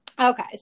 Okay